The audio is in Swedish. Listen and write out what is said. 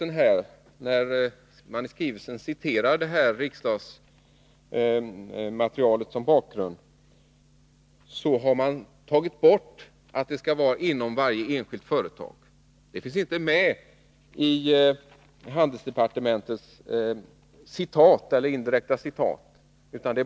När man i skrivelsen citerar riksdagsmaterialet som bakgrund, så har man tagit bort att det skall gälla varje enskilt företag — det finns alltså inte med i handelsdepartemetets citat.